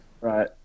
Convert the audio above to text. right